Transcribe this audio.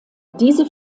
diese